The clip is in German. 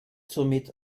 somit